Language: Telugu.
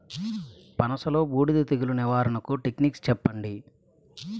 పనస లో బూడిద తెగులు నివారణకు టెక్నిక్స్ చెప్పండి?